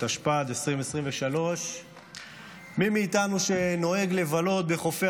התשפ"ד 2023. מי מאיתנו שנוהג לבלות בחופי